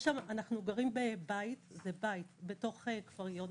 אנחנו גרים בבית בתוך כפר יונה,